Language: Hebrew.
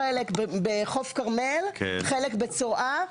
ויש לנו חלק בחוף כרמל, חלק בצרעה.